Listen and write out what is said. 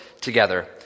together